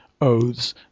oaths